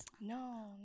No